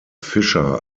fischer